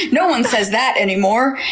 no one says that anymore.